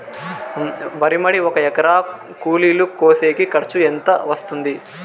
వరి మడి ఒక ఎకరా కూలీలు కోసేకి ఖర్చు ఎంత వస్తుంది?